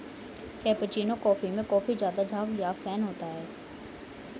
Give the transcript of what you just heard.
cappuccino coffee में काफी ज़्यादा झाग या फेन होता है